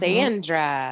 Sandra